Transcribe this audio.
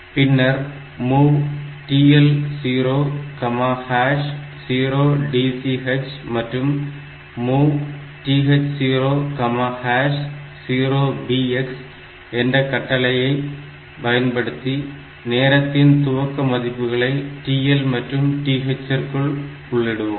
பின்னர் MOV TL00DCH மற்றும் MOV TH00BX என்ற கட்டளைகளை பயன்படுத்தி நேரத்தின் துவக்க மதிப்புகளை TL மற்றும் TH ற்குள் உள்ளிடுவோம்